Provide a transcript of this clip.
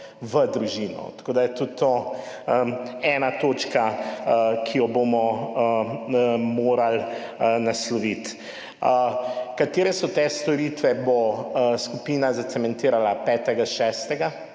v družino, tako da je tudi to ena točka, ki jo bomo morali nasloviti. Katere so te storitve, bo skupina zacementirala 5. 6.